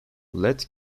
let